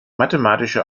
mathematische